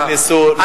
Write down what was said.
אלה שנכנסו לארץ,